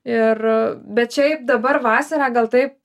ir bet šiaip dabar vasarą gal taip